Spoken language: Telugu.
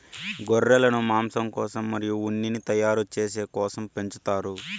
గొర్రెలను మాంసం కోసం మరియు ఉన్నిని తయారు చేసే కోసం పెంచుతారు